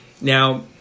Now